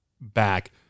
back